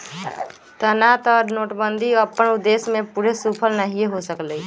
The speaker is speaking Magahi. एना तऽ नोटबन्दि अप्पन उद्देश्य में पूरे सूफल नहीए हो सकलै